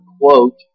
quote